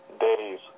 days